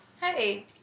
Hey